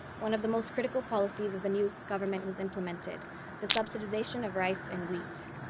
one of the most critical policies of the new government was implemented the subsidization of rice and wheat.